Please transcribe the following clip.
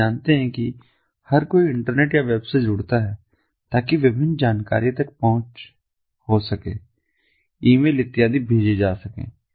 तो आप जानते हैं कि हर कोई इंटरनेट या वेब से जुड़ता है ताकि विभिन्न जानकारी तक पहुँच हो सके ईमेल इत्यादि भेजे जा सकें